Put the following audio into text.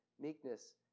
meekness